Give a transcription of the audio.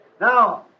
Now